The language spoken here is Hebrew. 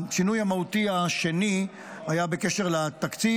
השינוי המהותי השני היה בקשר לתקציב.